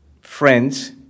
Friends